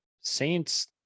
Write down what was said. Saints